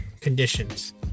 conditions